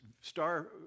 star